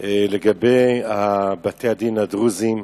לגבי בתי-הדין הדרוזיים,